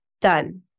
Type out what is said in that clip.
Done